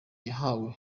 yahawe